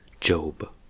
Job